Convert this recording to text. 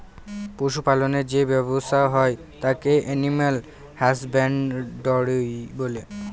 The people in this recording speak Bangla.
পশু পালনের যে ব্যবসা হয় তাকে এলিম্যাল হাসব্যানডরই বলে